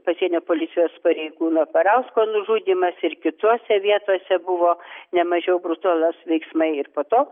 pasienio policijos pareigūno barausko nužudymas ir kitose vietose buvo ne mažiau brutalūs veiksmai ir po to